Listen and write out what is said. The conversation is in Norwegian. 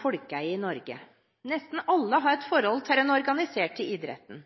folkeeie i Norge. Nesten alle har et forhold til den organiserte idretten.